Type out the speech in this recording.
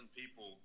people